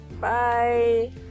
bye